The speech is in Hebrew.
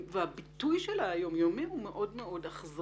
הביטוי היום יומי של זה הוא מאוד אכזרי,